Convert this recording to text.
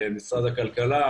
למשרד הכלכלה,